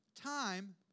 Time